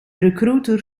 recruiter